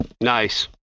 nice